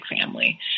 family